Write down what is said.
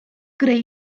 greu